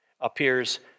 appears